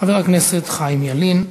חבר הכנסת חיים ילין.